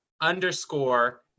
underscore